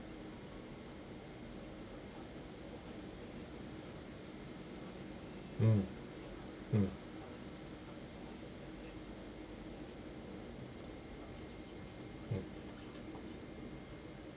mm mm mm